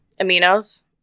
aminos